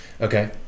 okay